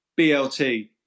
blt